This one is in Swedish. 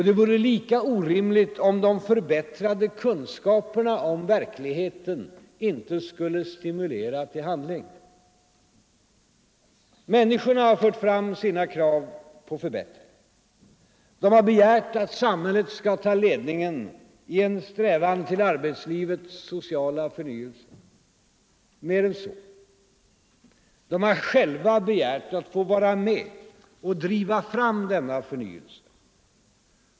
Det vore lika orimligt om de förbättrade kunskaperna om verkligheten inte skulle stimulera till handling. Människorna har fört fram sina krav på förbättring. De har begärt att samhället skall ta ledningen i en strävan till arbetslivets sociala förnyelse. Mer än så: de har själva begärt att få vara med och driva fram denna förnyelse.